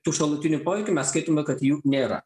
tų šalutinių poveikių mes skaitome kad jų nėra